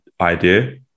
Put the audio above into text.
idea